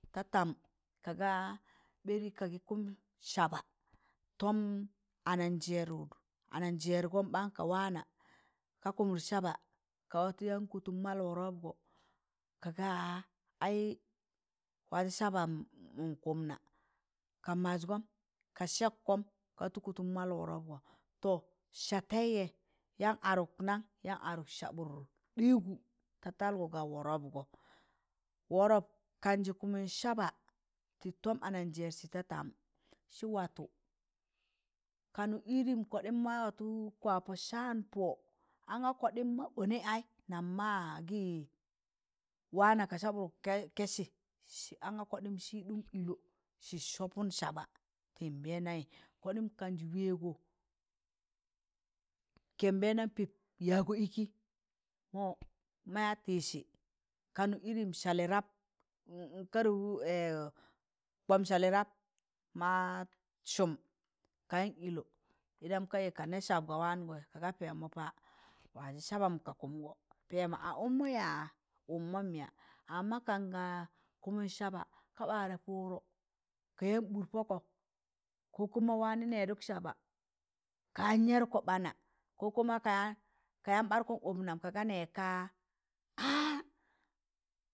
Ta tam kaaga ɓeri kagị kụm saba tọm anajẹrgọm ɓaan ka waana ka kụmụt saba ka watọ yan kọtụm maal wọrọpgọ kaga ai wajẹ saban nkụm na ka maịz gọm ka sẹkkọm ka watọ yaan kọtọn maal wọrọpgọ to satẹẹịjẹ yaan adụk nan yaan adụk sabụt ɗịịgụ da talgụ ga wọrọpgọ, wọrọp kanjị kụụmụn saaba tị tọm anajẹrsị da tam sị watọ kanụ irim kọɗịm maa watọ kwa pọ saan pọọ anga kọɗịịm ma ọnị ai nam ma gị waana ka sabụtgọ kẹsị sị anga kọɗịm sị ɗịm ịlọ sị sọpụn saba tị nbẹndamị kọɗịm kanjị wẹẹgọ kẹb nbẹndam pịb yaagọ ịkị mọ maya tịsị kanụ iri salị rap kbọm salị rap ma sụm kayaan ịlọ ndam ka ịyẹ ka nẹẹ sab ga waangọị ka ga pẹẹ mo waajẹ sabam ka kụmgọ pẹẹmọ a ụkmọ yaa ụkmọm yaa? amma kaanga kụmụn saba kabarẹ pụdọ kayaan ɓụd pọkọ kokuma waanị nẹdụk saba kayan yẹrụkọ ɓaana kokuma kayan kayan baarụkọ ụp nam kaga nẹẹg ka aa